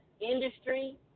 industry